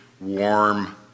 warm